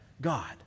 God